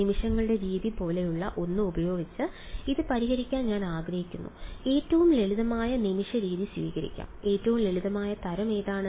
നിമിഷങ്ങളുടെ രീതി പോലെയുള്ള ഒന്ന് ഉപയോഗിച്ച് ഇത് പരിഹരിക്കാൻ ഞാൻ ആഗ്രഹിക്കുന്നു ഏറ്റവും ലളിതമായ നിമിഷ രീതി സ്വീകരിക്കും ഏറ്റവും ലളിതമായ തരം ഏതാണ്